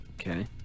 Okay